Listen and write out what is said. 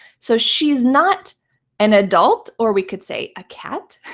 so she's not an adult, or we could say a cat.